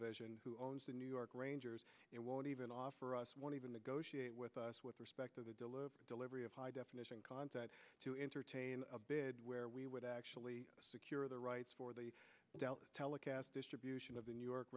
vision who owns the new york rangers it won't even offer us one even the goshi with us with respect to the dilute delivery of high definition content to entertain a bid where we would actually secure the rights for the telecast distribution of the new york